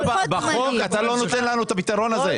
בחוק אתה לא נותן לנו את הפתרון הזה,